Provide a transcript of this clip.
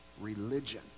religion